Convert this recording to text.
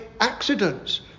accidents